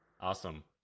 Awesome